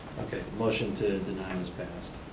motion to deny was passed.